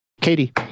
katie